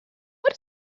what